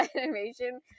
animation